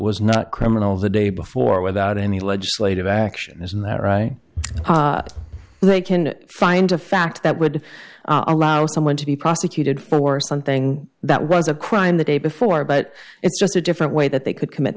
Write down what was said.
was not criminal the day before without any legislative action isn't that right they can find a fact that would allow someone to be prosecuted for something that was a crime the day before but it's just a different way that they could commit